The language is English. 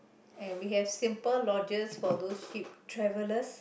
and we have simple loggers for those ship travelers